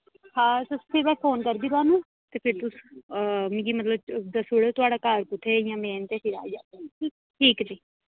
हां मैं फोन करगी थोआनू ते फिर तुस मिगी मतलब दस्सूड़ेओ थुआढ़ा कुत्थै ऐ इ'यां मेन ते फिर आई जागी ठीक ऐ ठीक